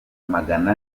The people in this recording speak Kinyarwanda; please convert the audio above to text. magana